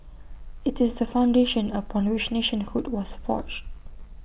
IT is the foundation upon which nationhood was forged